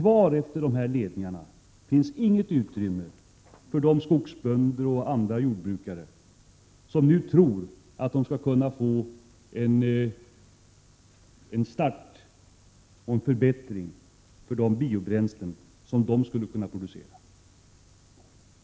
Därefter blir det heller inget utrymme kvar för skogsbönder och jordbrukare som nu tror att de skall få en förstärkt konkurrenskraft för de biobränslen som de skulle kunna producera.